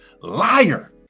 Liar